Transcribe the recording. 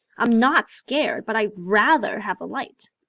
i'm not scared, but i'd rather have the light.